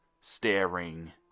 Staring